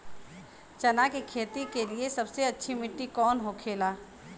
चना की खेती के लिए सबसे अच्छी मिट्टी कौन होखे ला?